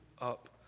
up